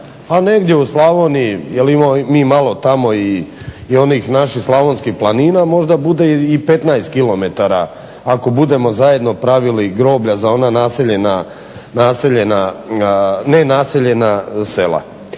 a negdje u Slavoniji jer imamo mi malo tamo i onih naših slavonskih planina možda bude i 15 km ako budemo zajedno pravili groblja za ona nenaseljena sela.